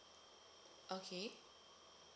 okay